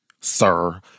sir